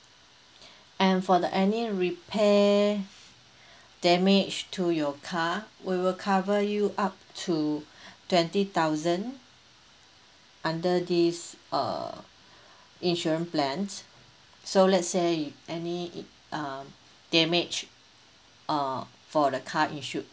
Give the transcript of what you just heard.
and for the any repair damage to your car we will cover you up to twenty thousand under this uh insurance plan so let's say if any it uh damage uh for the car issued